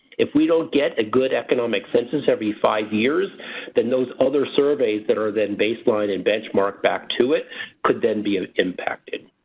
if we don't get the good economic census every five years than those other surveys that are then baselined and benchmarked back to it could then be ah impacted.